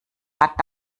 hat